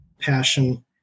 passion